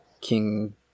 king